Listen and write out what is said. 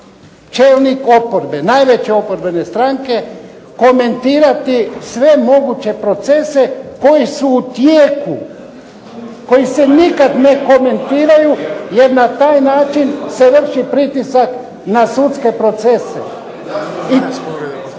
čelnik oporbe, najveće oporbene stranke komentirati sve moguće procese koji su u tijeku, koji se nikad ne komentiraju jer na taj način se vrši pritisak na sudske procese.